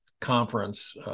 conference –